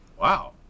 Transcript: Wow